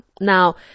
Now